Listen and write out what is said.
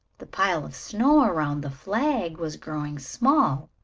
the pile of snow around the flag was growing small,